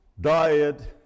diet